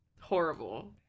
horrible